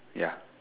ya